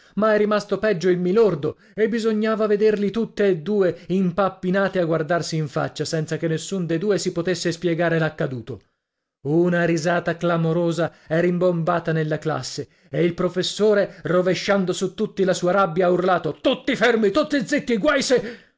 ma è rimasto peggio il mi lordo e bisognava vederli tutti e due impappinati a guardarsi in faccia senza che nessun de due si potesse spiegare l'accaduto una risata clamorosa è rimbombata nella classe e il professore rovesciando su tutti la sua rabbia ha urlato tutti fermi tutti zitti guai se